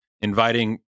inviting